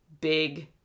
big